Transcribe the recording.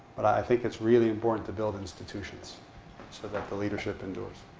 but i think it's really important to build institutions so that the leadership endures.